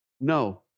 No